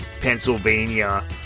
Pennsylvania